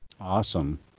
Awesome